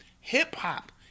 hip-hop